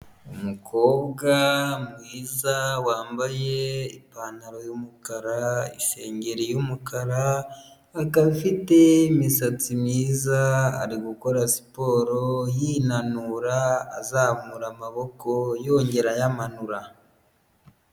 Umukobwa mwiza wambaye ipantaro y'umukara, isengeri y'umukara, akaba afite imisatsi myiza, ari gukora siporo yinanura azamura amaboko yongera ayamanura.